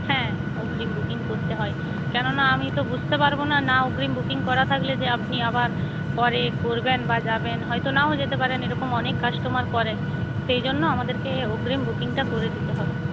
হ্যাঁ অগ্রিম বুকিং করতে হয় কেন না আমি তো বুঝতে পারবো না না অগ্রিম বুকিং করা থাকলে যে আপনি আবার পরে করবেন বা যাবেন হয়তো নাও যেতে পারেন এরকম অনেক কাস্টমার করে সেই জন্য আমাদেরকে অগ্রিম বুকিংটা করে দিতে হবে